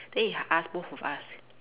then he ask both of us